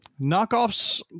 knockoffs